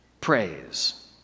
praise